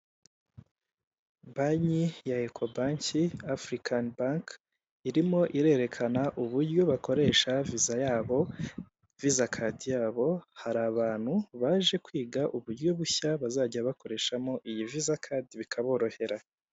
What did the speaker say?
Banki ya eko banki Afuricani banki irimo irerekana uburyo bakoresha viza yabo, vizakadi yabo, hari abantu baje kwiga uburyo bushya bazajya bakoreshamo iyi vizakadi bikaborohera.